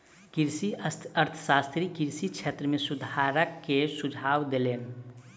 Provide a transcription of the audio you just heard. कृषि अर्थशास्त्री कृषि क्षेत्र में सुधार के सुझाव देलैन